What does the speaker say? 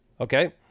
Okay